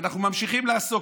ואנחנו ממשיכים לעסוק,